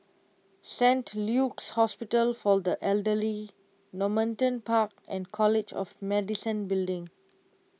Saint Luke's Hospital for the Elderly Normanton Park and College of Medicine Building